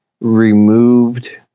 removed